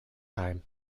time